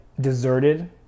deserted